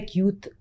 youth